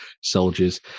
soldiers